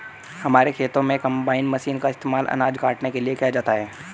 हमारे खेतों में कंबाइन मशीन का इस्तेमाल अनाज काटने के लिए किया जाता है